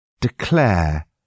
Declare